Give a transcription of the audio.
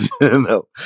No